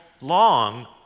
long